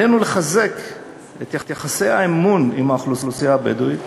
עלינו לחזק את יחסי האמון עם האוכלוסייה הבדואית,